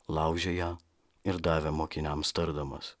laužė ją ir davė mokiniams tardamas